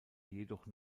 jedoch